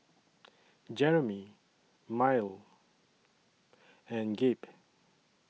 Jeromy Myrle and Gabe